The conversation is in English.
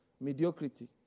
mediocrity